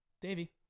Davey